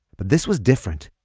but this was different.